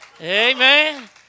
Amen